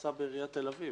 על חשבון עורך הדין.